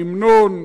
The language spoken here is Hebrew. ההמנון,